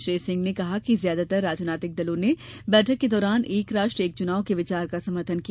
श्री सिंह ने कहा कि ज्यादातर राजनीतिक दलों ने बैठक के दौरान एक राष्ट्र एक चुनाव के विचार का समर्थन किया